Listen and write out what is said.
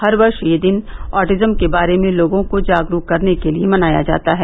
हर वर्ष यह दिन ऑटीज़म के बारे में लोगों को जागरूक करने के लिए मनाया जाता है